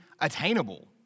attainable